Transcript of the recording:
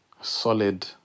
solid